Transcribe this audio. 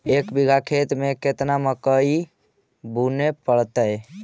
एक बिघा खेत में केतना मकई बुने पड़तै?